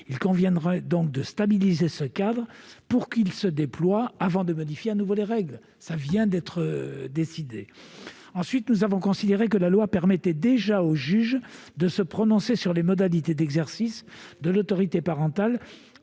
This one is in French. Il conviendrait donc de stabiliser ce cadre pour qu'il se déploie avant de modifier de nouveau les règles. Ensuite, nous avons considéré que la loi permettait déjà au juge de se prononcer sur les modalités d'exercice de l'autorité parentale